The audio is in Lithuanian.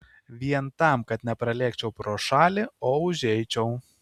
vien tam kad nepralėkčiau pro šalį o užeičiau